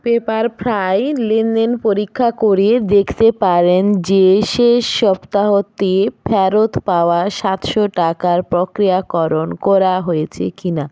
Pepperfry লেনদেন পরীক্ষা করে দেখতে পারেন যে শেষ সপ্তাহতে ফেরত পাওয়া সাতশো টাকার পক্রিয়াকরণ করা হয়েছে কি না